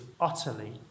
utterly